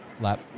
lap